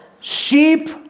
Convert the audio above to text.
Sheep